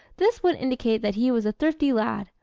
this would indicate that he was a thrifty lad,